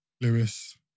Lewis